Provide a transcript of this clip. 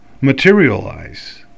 materialize